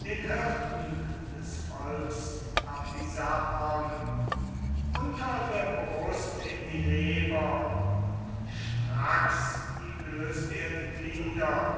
den hirten des volks apisaon unter der brust in die leber und stracks ihm löst er die glieder